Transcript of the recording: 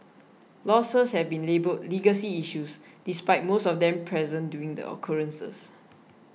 losses have been labelled legacy issues despite most of them present during the occurrences